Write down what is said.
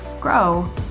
grow